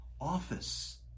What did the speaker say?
office